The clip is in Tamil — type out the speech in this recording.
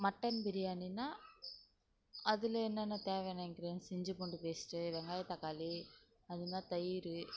மட்டன் பிரியாணின்னால் அதிலயே என்னென்ன தேவையான இன்க்ரீடியன்ஸ் இஞ்சி பூண்டு பேஸ்ட்டு வெங்காயம் தக்காளி அதுன்னா தயிர்